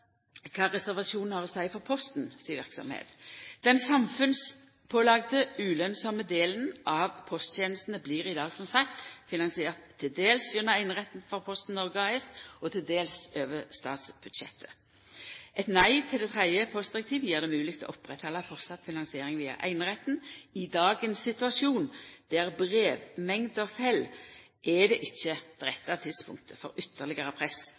kva ein reservasjon har å seia for Posten si verksemd. Den samfunnspålagde, ulønnsame delen av posttenestene blir i dag som sagt finansiert dels gjennom eineretten for Posten Norge AS, og dels over statsbudsjettet. Eit nei til det tredje postdirektivet gjer det mogleg å fortsetja med å oppretthalda finansiering av eineretten. I dagens situasjon, der brevmengda fell, er det ikkje det rette tidspunktet for ytterlegare press